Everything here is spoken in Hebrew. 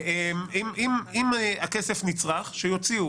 אם הכסף נצרך - שיוציאו.